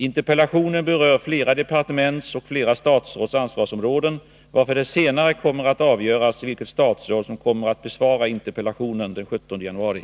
Interpellationen berör flera departements och flera statsråds ansvarsområden, varför det senare kommer att avgöras vilket statsråd som den 17 januari skall besvara interpellationen.